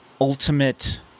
ultimate